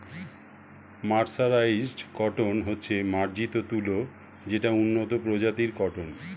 mercerised cotton হচ্ছে মার্জিত তুলো যেটা উন্নত প্রজাতির কটন